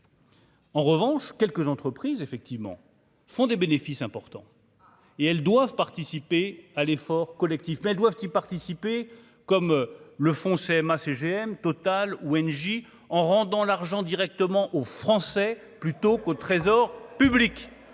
En revanche, quelques entreprises, effectivement, font des bénéfices importants et elles doivent participer à l'effort collectif mais doivent y participer, comme le font CMA CGM totale ou Engie en rendant l'argent directement aux Français plutôt qu'au Trésor public